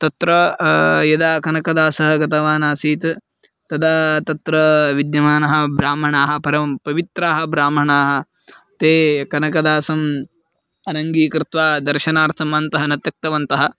तत्र यदा कनकदासः गतवान् आसीत् तदा तत्र विद्यमानः ब्राह्मणाः परमपवित्राः ब्राह्मणाः ते कनकदासम् अनङ्गीकृत्वा दर्शनार्थम् अन्तः न त्यक्तवन्तः